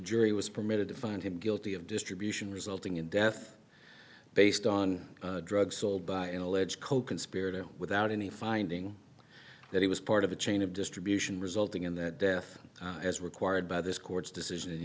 jury was permitted to find him guilty of distribution resulting in death based on drugs sold by an alleged coconspirator without any finding that he was part of a chain of distribution resulting in that death as required by this court's decision in